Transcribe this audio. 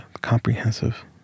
comprehensive